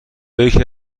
یکی